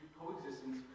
coexistence